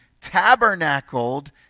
tabernacled